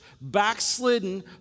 backslidden